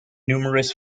numerous